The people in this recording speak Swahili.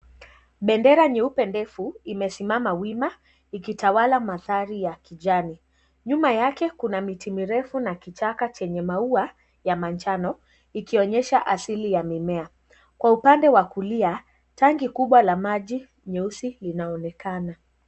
Bendera nyeupe ndefu imesimama wima ikitawala mandhari ya kijani. Nyuma yake kuna miti mirefu na kichaka chenye maua ya manjano ikionyesha asili ya mimea. Kwa upande wa kulia tanki kubwa la maji nyeusi linaonekana.